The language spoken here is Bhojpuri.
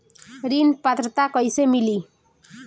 ऋण पात्रता कइसे मिली?